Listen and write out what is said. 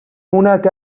هناك